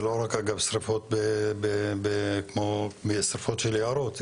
זה לא רק אגב שריפות כמו שריפות של יערות.